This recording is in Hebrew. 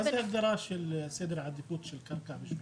מה זה הגדרה של סדר עדיפות של קרקע.